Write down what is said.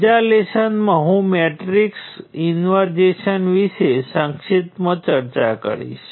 કાળા અને લાલ રંગમાં દર્શાવેલ સિમ્બોલ બે અલગ અલગ કેસ દર્શાવે છે